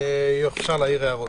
אפשר יהיה להעיר הערות.